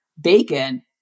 bacon